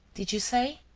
did you say?